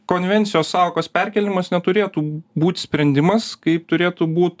konvencijos sąvokos perkėlimas neturėtų būt sprendimas kaip turėtų būt